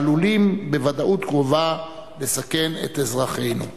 שעלולים בוודאות קרובה לסכן את אזרחינו.